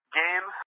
game